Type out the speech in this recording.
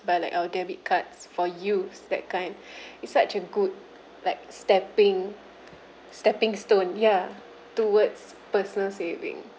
but like our debit cards for youth that kind it's such a good like stepping stepping stone ya towards personal saving